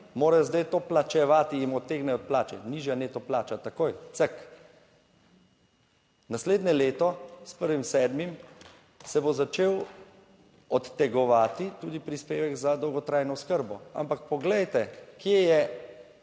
morajo zdaj to plačevati, jim odtegnejo plače, nižja neto plača, takoj, ck. Naslednje leto s prvim sedmim se bo začel odtegovati tudi prispevek za dolgotrajno oskrbo ampak poglejte, kje je